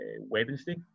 Wednesday